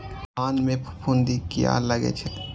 धान में फूफुंदी किया लगे छे?